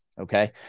Okay